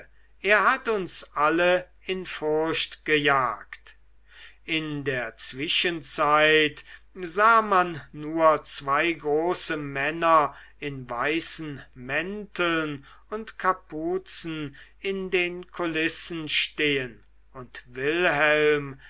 er hat uns alle in furcht gejagt in der zwischenzeit sah man nur zwei große männer in weißen mänteln und kapuzen in den kulissen stehen und wilhelm